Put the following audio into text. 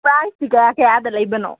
ꯄ꯭ꯔꯥꯏꯁꯇꯤ ꯀꯌꯥ ꯀꯌꯥꯗ ꯂꯩꯕꯅꯣ